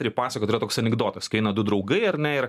pripasakot yra toks anekdotas kai eina du draugai ar ne ir